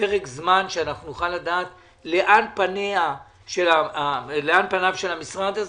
פרק זמן שאנחנו נוכל לדעת לאן פניו של המשרד הזה.